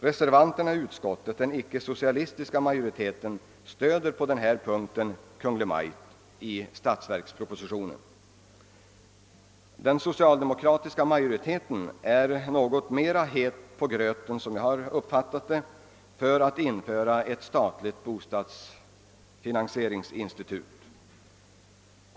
Reservanterna i utskottet, den icke socialistiska minoriteten, stöder på denna punkt Kungl. Maj:t. Den socialdemokratiska majoriteten är något mer het på gröten när det gäller att införa ett statligt bostadsfinansieringsinstitut.